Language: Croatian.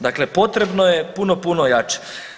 Dakle, potrebno je puno, puno jače.